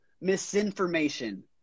misinformation